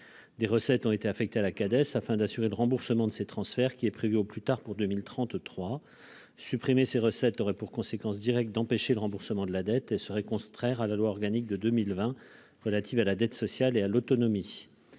Des recettes ont été affectées à la Cades afin d'assurer le remboursement de ces transferts, prévu au plus tard pour 2033. Supprimer ces recettes aurait pour conséquence directe d'empêcher le remboursement de la dette, ce qui serait contraire à la loi organique du 7 août 2020 relative à la dette sociale et à l'autonomie.